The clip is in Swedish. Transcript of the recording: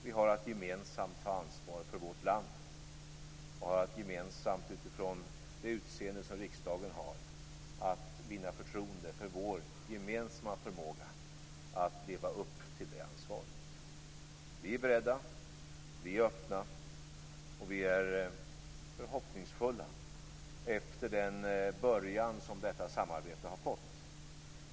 Vi har att gemensamt ta ansvar för vårt land och har att gemensamt, utifrån det utseende som riksdagen har, vinna förtroende för vår gemensamma förmåga att leva upp till det ansvaret. Vi är beredda, vi är öppna och vi är förhoppningsfulla efter den början som detta samarbete har fått.